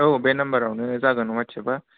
औ बे नाम्बारावनो जागोन वाट्सएपआ